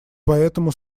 поэтому